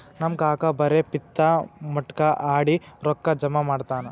ನಮ್ ಕಾಕಾ ಬರೇ ಪತ್ತಾ, ಮಟ್ಕಾ ಆಡಿ ರೊಕ್ಕಾ ಜಮಾ ಮಾಡ್ತಾನ